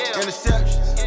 Interceptions